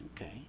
Okay